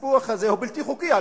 הסיפוח הזה הוא בלתי חוקי,